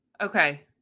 Okay